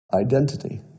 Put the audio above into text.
Identity